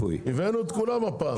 הבאנו את כולם הפעם.